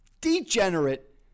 degenerate